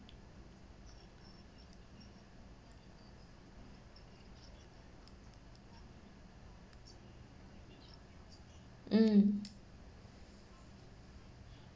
mm